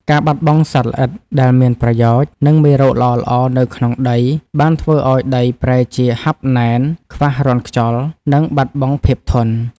ការបាត់បង់សត្វល្អិតដែលមានប្រយោជន៍ និងមេរោគល្អៗនៅក្នុងដី បានធ្វើឱ្យដីប្រែជាហាប់ណែន ខ្វះរន្ធខ្យល់ និងបាត់បង់ភាពធន់។